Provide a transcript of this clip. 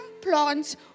plants